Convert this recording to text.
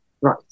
Right